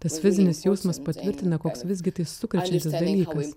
tas fizinis jausmas patvirtina koks visgi tai sukrečiantis dalykas